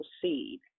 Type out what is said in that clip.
proceed